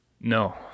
No